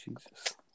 Jesus